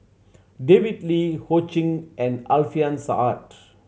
David Lee Ho Ching and Alfian Sa'at